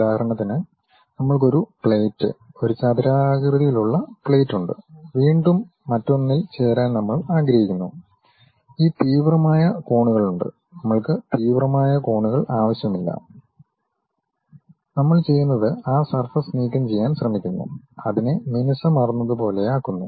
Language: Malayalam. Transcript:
ഉദാഹരണത്തിന് നമ്മൾക്ക് ഒരു പ്ലേറ്റ് ഒരു ചതുരാകൃതിയിലുള്ള പ്ലേറ്റ് ഉണ്ട് വീണ്ടും മറ്റൊന്നിൽ ചേരാൻ നമ്മൾ ആഗ്രഹിക്കുന്നു ഈ തീവ്രമായ കോണുകളുണ്ട് നമ്മൾക്ക് തീവ്രമായ കോണുകൾ ആവശ്യമില്ല നമ്മൾ ചെയ്യുന്നത് ആ സർഫസ് നീക്കംചെയ്യാൻ ശ്രമിക്കുന്നു അതിനെ മിനുസമാർന്നതുപോലെയാക്കുന്നു